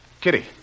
Kitty